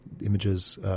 images